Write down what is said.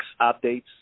updates